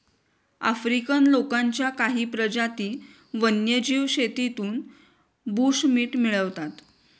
African लोकांच्या काही प्रजाती वन्यजीव शेतीतून बुशमीट मिळवतात